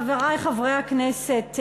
חברי חברי הכנסת,